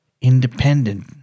independent